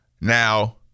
Now